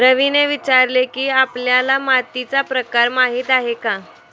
रवीने विचारले की, आपल्याला मातीचा प्रकार माहीत आहे का?